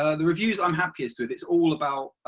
ah the reviews i'm happiest with, it's all about,